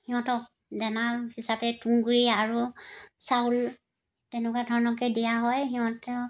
সিহঁতক দানা হিচাপে তুঁহ গুড়ি আৰু চাউল তেনেকুৱা ধৰণৰকৈ দিয়া হয় সিহঁতক